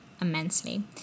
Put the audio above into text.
immensely